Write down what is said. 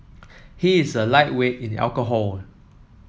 he is a lightweight in alcohol